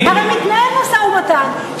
הרי מתנהל משא-ומתן,